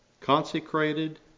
consecrated